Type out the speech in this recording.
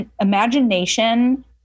imagination